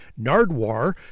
Nardwar